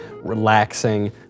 relaxing